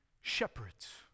shepherds